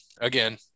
again